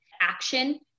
Action